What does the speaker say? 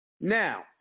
Now